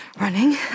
running